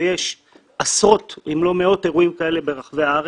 ויש עשרות אם לא מאות אירועים כאלה ברחבי הארץ.